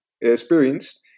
experienced